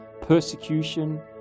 persecution